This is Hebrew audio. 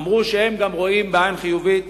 אמרו שגם הם רואים בעין חיובית